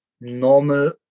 normal